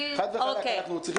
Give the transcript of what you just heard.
חד וחלק, אנחנו צריכים